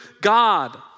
God